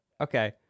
Okay